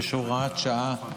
66, הוראת שעה,